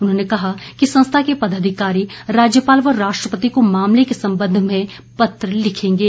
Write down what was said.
उन्होंने कहा कि में संस्था के पदाधिकारी राज्यपाल व राष्ट्रपति को मामले के संबंध में पत्र लिखेंगे